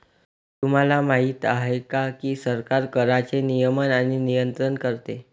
तुम्हाला माहिती आहे का की सरकार कराचे नियमन आणि नियंत्रण करते